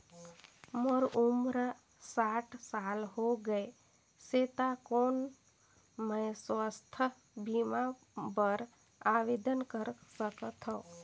मोर उम्र साठ साल हो गे से त कौन मैं स्वास्थ बीमा बर आवेदन कर सकथव?